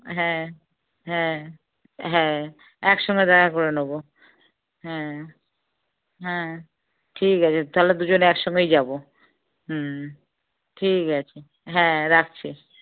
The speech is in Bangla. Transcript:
হ্যাঁ হ্যাঁ হ্যাঁ একসঙ্গে দেখা করে নেবো হ্যাঁ হ্যাঁ ঠিক আছে তাহলে দুজনে একসঙ্গেই যাবো হুম ঠিক আছে হ্যাঁ রাখছি